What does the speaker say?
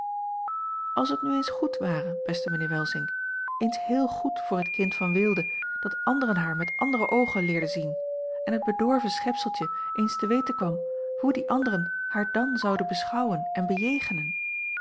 als het nu eens goed ware beste mijnheer welsink eens heel goed voor het kind van weelde dat anderen haar met andere oogen leerden zien en het bedorven schepseltje eens te weten kwam hoe die anderen haar dan zouden beschouwen en bejegenen